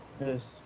Yes